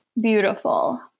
beautiful